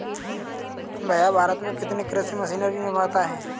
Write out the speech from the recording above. भैया भारत में कितने कृषि मशीनरी निर्माता है?